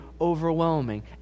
overwhelming